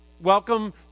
Welcome